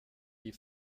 die